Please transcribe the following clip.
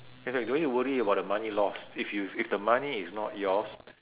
that's why you don't need to worry about the money lost if you if the money is not yours